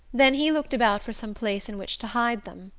then he looked about for some place in which to hide them.